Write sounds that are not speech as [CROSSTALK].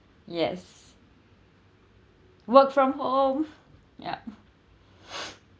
yes work from home yup [BREATH]